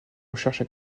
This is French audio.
recherches